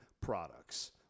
products